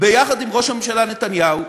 יחד עם ראש הממשלה נתניהו,